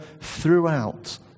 throughout